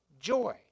joy